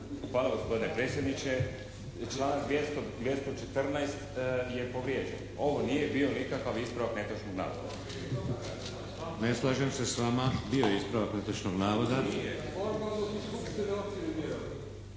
Hvala gospodine predsjedniče. Članak 214. je povrijeđen. Ovo nije bio nikakav ispravak netočnog navoda. **Šeks, Vladimir (HDZ)** Ne slažem se s vama. Bio je ispravak netočnog navoda.